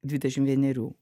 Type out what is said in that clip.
dvidešimt vienerių